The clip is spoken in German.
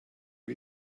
mal